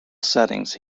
settings